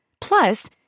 Plus